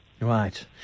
Right